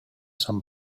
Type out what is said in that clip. some